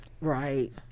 Right